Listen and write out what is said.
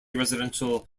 residential